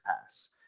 pass